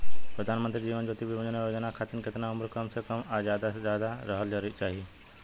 प्रधानमंत्री जीवन ज्योती बीमा योजना खातिर केतना उम्र कम से कम आ ज्यादा से ज्यादा रहल चाहि?